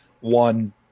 one